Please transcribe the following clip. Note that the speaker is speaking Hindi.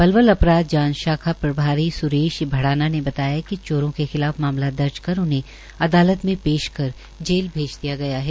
पलवल अपराध जांच प्रभारी सुरेश भड़ाना ने बताया कि चोरों के खिलाफ मामला दर्ज कर उन्हें अदालत में पेश कर जेल भेज दिया है